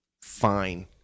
fine